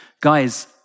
guys